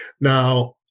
Now